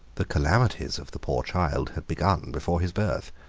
the calamities of the poor child had begun before his birth.